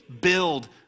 build